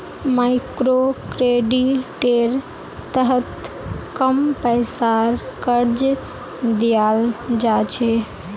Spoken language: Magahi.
मइक्रोक्रेडिटेर तहत कम पैसार कर्ज दियाल जा छे